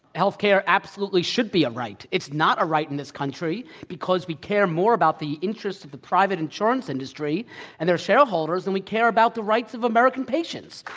healthcare absolutely should be a um right. it's not a right in this country because we care more about the interests of the private insurance industry and their shareholders than we care about the rights of american patients.